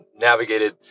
navigated